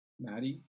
maddie